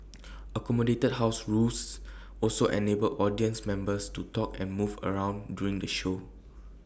accommodated house rules also enabled audience members to talk and move around during the show